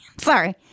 sorry